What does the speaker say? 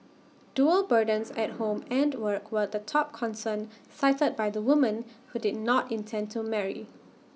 dual burdens at home and work were the top concern cited by the women who did not intend to marry